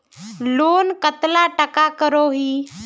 Loan कतला टाका करोही?